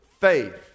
faith